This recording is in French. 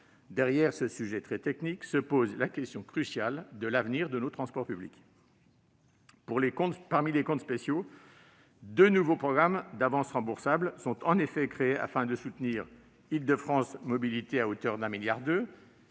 (AOM). Ce sujet, très technique, inclut la question cruciale de l'avenir de nos transports publics. Parmi les comptes spéciaux, deux nouveaux programmes d'avances remboursables sont créés afin de soutenir Île-de-France Mobilités, à hauteur de 1,2 milliard d'euros